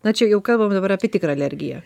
na čia jau kalbam dabar apie tikrą alergiją